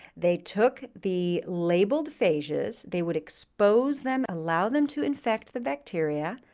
they took the labeled phages they would expose them, allow them to infect the bacteria,